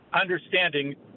Understanding